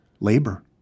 labor